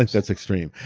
like that's extreme.